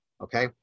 okay